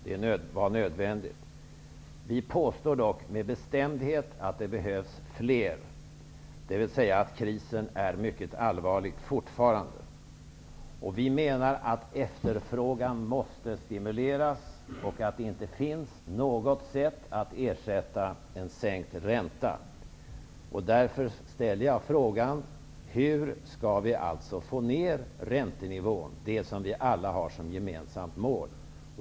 Det var nödvändigt. Vi påstår dock med bestämdhet att det behövs fler, dvs. att krisen är mycket allvarlig fortfarande. Vi menar att efterfrågan måste stimuleras och att det inte finns något sätt att ersätta en sänkt ränta. Därför ställer jag frågan: Hur skall vi alltså få ner räntenivån, det som vi alla har som gemensamt mål?